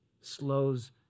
slows